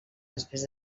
després